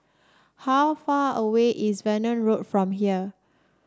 how far away is Verdun Road from here